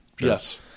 Yes